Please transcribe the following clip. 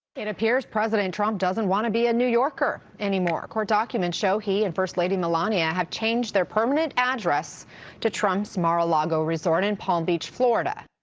it appears president trump doesn't want to be a new yorker anymore. court documents show he and first lady melania have changed their permanent address to trump's mar-a-lago address in palm beach, florida.